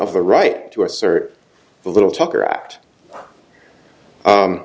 of the right to assert the little tucker act